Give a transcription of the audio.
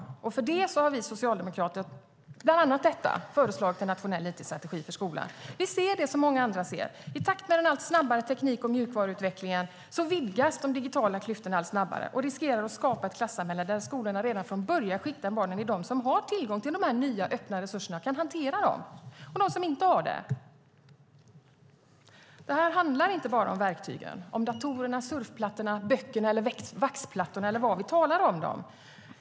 Bland annat på grund av detta har vi socialdemokrater föreslagit en nationell it-strategi för skolan. Vi ser det som många andra ser: I takt med den allt snabbare teknik och mjukvaruutvecklingen vidgas de digitala klyftorna allt snabbare och riskerar att skapa ett klassamhälle där skolorna redan från början skiktar barnen i dem som har tillgång till de nya öppna resurserna och kan hantera dem och de som inte har det. Det här handlar inte bara om verktygen, om datorerna, surfplattorna, böckerna, vaxplattorna eller vad vi nu talar om.